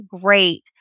great